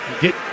Get